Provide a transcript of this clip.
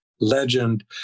legend